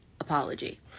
apology